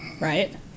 Right